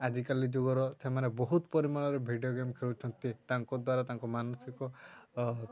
ଆଜିକାଲି ଯୁଗର ସେମାନେ ବହୁତ ପରିମାଣରେ ଭିଡ଼ିଓ ଗେମ୍ ଖେଳୁଛନ୍ତି ତାଙ୍କ ଦ୍ୱାରା ତାଙ୍କ ମାନସିକ